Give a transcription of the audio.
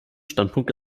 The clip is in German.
standpunkt